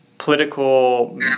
Political